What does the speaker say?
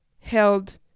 held